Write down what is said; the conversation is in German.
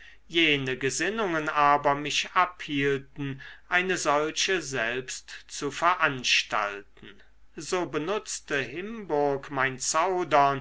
jene gesinnungen aber mich abhielten eine solche selbst zu veranstalten so benutzte himburg mein zaudern